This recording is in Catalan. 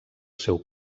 seu